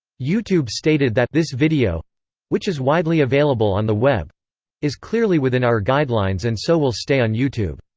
youtube stated that this video which is widely available on the web is clearly within our guidelines and so will stay on youtube.